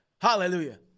Hallelujah